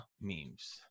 memes